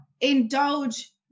indulge